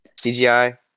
CGI